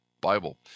Bible